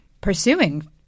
pursuing